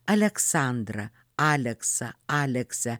aleksandrą aleksą aleksą